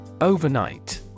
Overnight